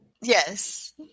Yes